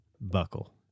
buckle